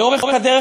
לאורך הדרך,